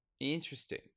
Interesting